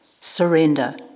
surrender